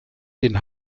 den